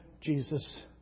Jesus